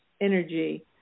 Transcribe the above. energy